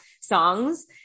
songs